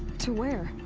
to where?